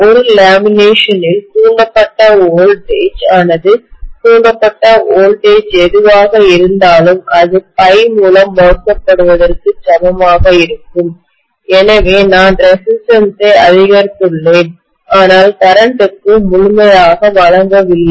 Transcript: ஒரு லேமினேஷனில் தூண்டப்பட்ட வோல்டேஜ் மின்னழுத்தம் ஆனது தூண்டப்பட்ட வோல்டேஜ் மின்னழுத்தம் எதுவாக இருந்தாலும் அது phi ∅ மூலம் வகுக்கப்படுவதற்கு சமமாக இருக்கும் எனவே நான் ரெசிஸ்டன்ஸ் ஐ அதிகரித்துள்ளேன் ஆனால் கரண்ட் க்கு முழுமையாக வழங்கவில்லை